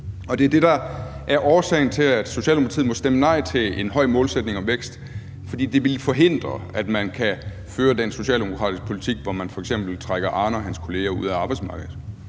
og det, der er årsagen til, at Socialdemokratiet må stemme nej til en målsætning om høj vækst, er, at det vil forhindre, at man kan føre den socialdemokratiske politik, hvor man f.eks. trækker Arne og hans kollegaer ud af arbejdsmarkedet.